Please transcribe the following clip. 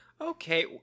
okay